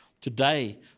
today